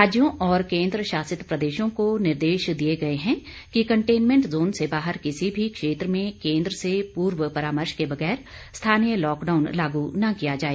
राज्यों और केंद्र शासित प्रदेशों को निर्देश दिए गए हैं कि कन्टेनमेंट जोन से बाहर किसी भी क्षेत्र में केंद्र से पूर्व परामर्श के बगैर स्थानीय लॉकडाउन लागू न किया जाए